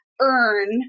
earn